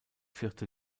vierte